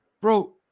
bro